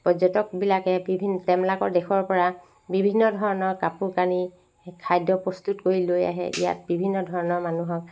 পৰ্যটকবিলাকে তেওঁবিলাকৰ দেশৰপৰা বিভিন্ন ধৰণৰ কাপোৰ কানি খাদ্য প্ৰস্তুত কৰি লৈ আহে ইয়াত বিভিন্ন ধৰণৰ মানুহৰ